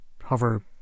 hover